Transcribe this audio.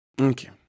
Okay